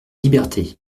liberté